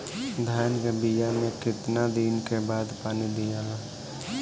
धान के बिया मे कितना दिन के बाद पानी दियाला?